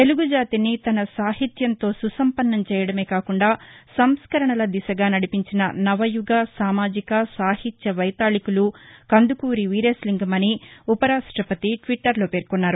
తెలుగు జాతిని తన సాహిత్యంతో సుసంపన్నం చేయడమేకాకుండా సంస్కరణల దిశగా నడిపించిన నవయుగ సామాజిక సాహిత్య వైతాళికులు కందుకూరి వీరేశలింగం అని ఉపరాష్టపతి ట్విట్టర్లో పేర్కొన్నారు